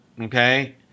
okay